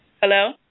Hello